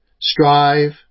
Strive